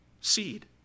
Seed